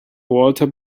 walter